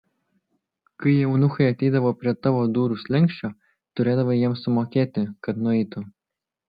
kai eunuchai ateidavo prie tavo durų slenksčio turėdavai jiems sumokėti kad nueitų